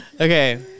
Okay